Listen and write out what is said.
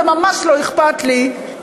וממש לא אכפת לי,